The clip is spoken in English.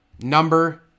number